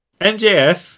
MJF